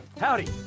Howdy